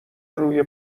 روی